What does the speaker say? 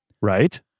Right